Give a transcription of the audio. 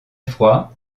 froid